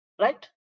right